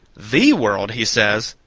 the world! he says.